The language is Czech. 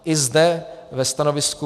I zde ve stanovisku